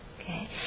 Okay